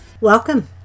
welcome